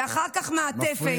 ואחר כך מעטפת,